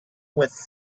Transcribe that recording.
with